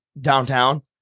downtown